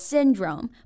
Syndrome